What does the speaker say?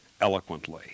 eloquently